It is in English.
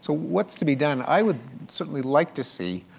so what's to be done? i would certainly like to see,